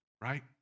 right